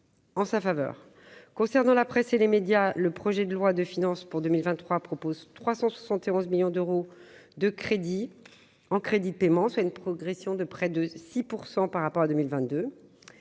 en sa faveur concernant la presse et les médias, le projet de loi de finances pour 2023 propose 360 et 11 millions d'euros de crédit en crédits de paiement, soit une progression de près de 6 % par rapport à 2022